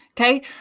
okay